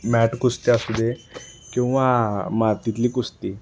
mat कुस्ती असू दे किंवा मातीतली कुस्ती